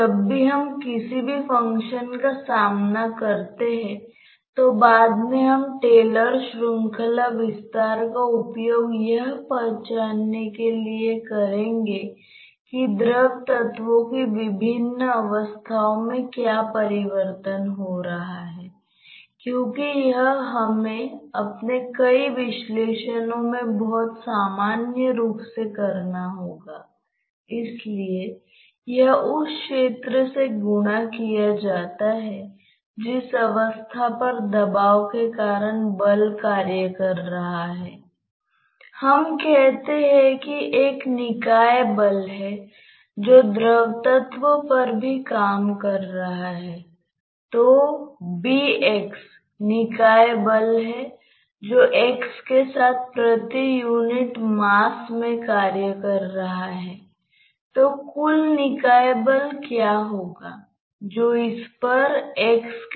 जब भी आप किसी समस्या को हल कर रहे हैं हम निश्चित रूप से समीकरण लगाना शुरू कर सकते हैं लेकिन यह हमेशा आवश्यक नहीं है